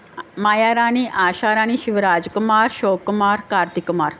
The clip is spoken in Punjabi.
ਮਾਇਆ ਰਾਣੀ ਆਸ਼ਾ ਰਾਣੀ ਸ਼ਿਵਰਾਜ ਕੁਮਾਰ ਅਸ਼ੌਕ ਕੁਮਾਰ ਕਾਰਤਿਕ ਕੁਮਾਰ